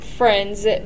friends